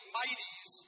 mighties